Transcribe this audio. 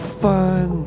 fun